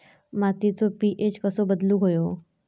मातीचो पी.एच कसो बदलुक होयो?